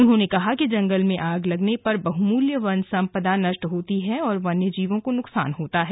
उन्होंने कहा कि जंगल में आग लगने पर बहुमूल्य वन संपदा नष्ट होती है और वन्य जीवों को नुकसान होता है